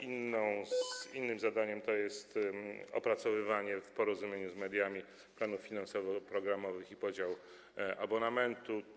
Innym zadaniem jest opracowywanie w porozumieniu z mediami planów finansowo-programowych i podział abonamentu.